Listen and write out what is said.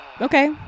okay